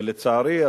ולצערי,